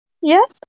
Yes